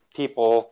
people